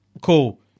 cool